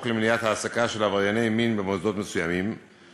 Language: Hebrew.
למניעת העסקה של עברייני מין במוסדות מסוימים,